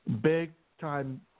big-time